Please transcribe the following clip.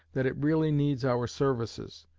that it really needs our services,